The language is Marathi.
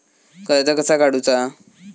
कर्ज कसा काडूचा?